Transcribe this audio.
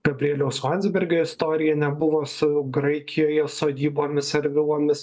gabrieliaus landsbergio istorija nebuvo su graikijoje sodybomis ar vilomis